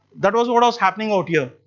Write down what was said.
that was what was happening out here.